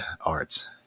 arts